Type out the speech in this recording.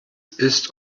ist